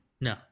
No